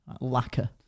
Lacquer